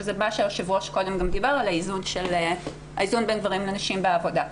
שזה מה שהיושב-ראש קודם דיבר על האיזון בין גברים לנשים בעבודה.